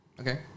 Okay